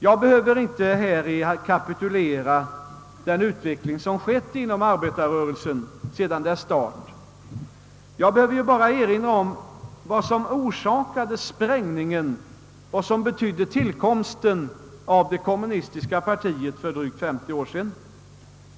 Jag behöver inte här rekapitulera den utveckling som skett inom arbetarrörelsen sedan dess start. Jag behöver bara erinra om vad som förorsakade sprängningen och som betydde tillkomsten av det kommunistiska partiet för drygt 50 år sedan.